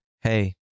Hey